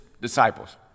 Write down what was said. disciples